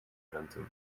venten